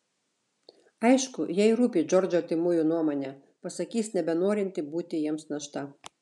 aišku jai rūpi džordžo artimųjų nuomonė pasakys nebenorinti būti jiems našta